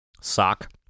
sock